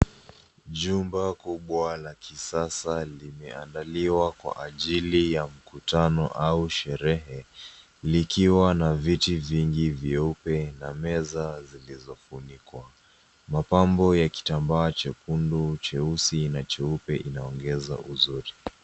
Jumba kubwa la kisasa limeandaliwa kwa ajili ya mkutano au sherehe, likiwa na viti vingi vyeupe na meza zilizofunikwa. Mapambo ya kitambaa chekundu, cheusi na cheupe inaongeza uzuri.